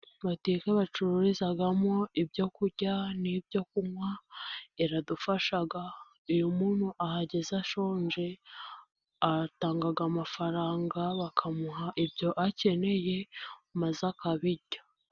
Butike bacururizamo ibyo kurya n'ibyo kunywa, iradufasha, iyo umuntu ahageze ashonje, atanga amafaranga bakamuha ibyo akeneye, maze akabirya.